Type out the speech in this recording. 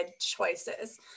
choices